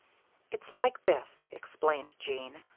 it's like this, explained jean.